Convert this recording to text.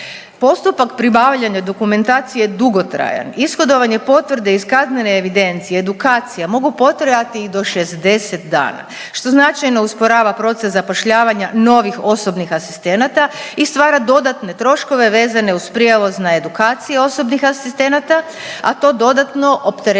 Postupak pribavljanja dokumentacije je dugotrajan, ishodavanje potvrde iz kaznene evidencije, edukacija mogu potrajati i do 60 dana što značajno usporava proces zapošljavanja novih osobnih asistenata i stvara dodatne troškove vezane uz prijevoz na edukacije osobnih asistenata, a to dodatno opterećuje